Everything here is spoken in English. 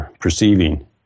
perceiving